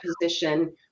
position